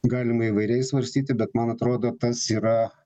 galima įvairiai svarstyti bet man atrodo tas yra